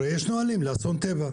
הרי יש נהלים לאסון טבע.